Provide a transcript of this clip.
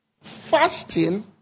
fasting